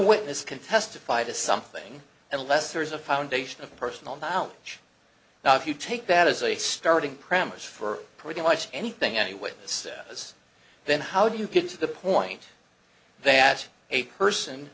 witness can testify to something unless there is a foundation of personal knowledge now if you take that as a starting premise for pretty much anything any witness is then how do you get to the point that a person